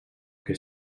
que